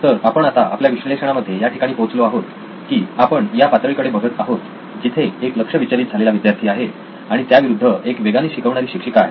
तर आपण आता आपल्या विश्लेषणामध्ये या ठिकाणी पोहोचलो आहोत की आपण या पातळीकडे बघत आहोत जिथे एक लक्ष विचलित झालेला विद्यार्थी आहे आणि त्या विरुद्ध एक वेगाने शिकवणारी शिक्षिका आहे